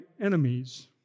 enemies